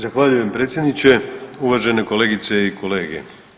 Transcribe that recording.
Zahvaljujem predsjedniče, uvažene kolegice i kolege.